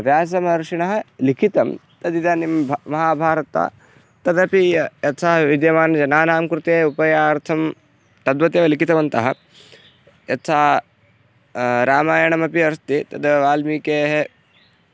व्यासमहर्षिणः लिखितं तद् इदानीं महाभारतं तदपि य यथा विद्यमानजनानां कृते उपायार्थं तद्वत् एव लिखितवन्तः यथा रामायणमपि अस्ति तद् वाल्मीकेः